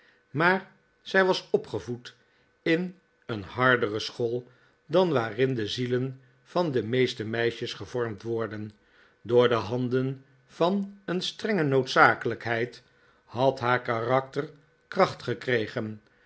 maar zij was opgevoed in een hardere school dan waarin de zielen van de meeste meisjes gevormd worden door de handen van een strenge noodzakelijkheid had haar karakter kracht gekregen